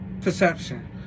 perception